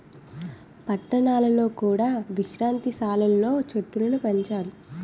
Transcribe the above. పట్టణాలలో కూడా విశ్రాంతి సాలలు లో చెట్టులను పెంచాలి